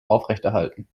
aufrechterhalten